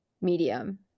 medium